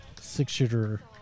Six-shooter